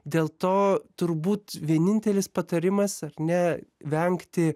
dėl to turbūt vienintelis patarimas ar ne vengti